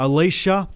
Alicia